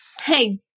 hey